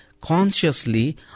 consciously